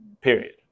Period